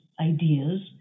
ideas